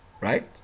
Right